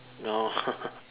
no